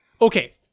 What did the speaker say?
okay